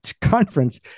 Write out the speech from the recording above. conference